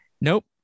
Nope